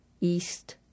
East